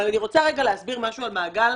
אני רוצה להסביר משהו על מעגל